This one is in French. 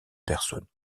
personnes